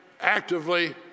actively